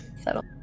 settle